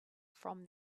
from